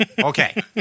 Okay